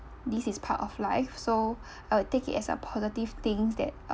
this is part of life so I would take it as a positive things that